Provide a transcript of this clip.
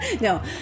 No